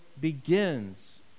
begins